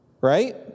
right